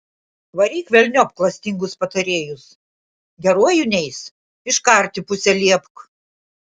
varyk velniop klastingus patarėjus geruoju neis iškarti pusę liepk